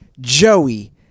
Joey